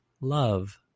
love